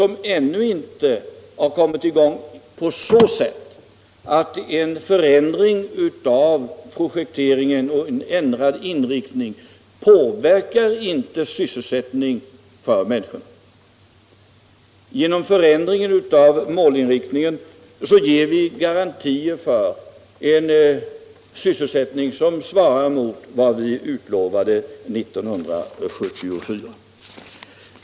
En ändrad inriktning och förändring av projekteringen påverkar inte sysselsättningen för människorna. Vi garanterar en sysselsättning som svarar mot vad vi utlovade 1974.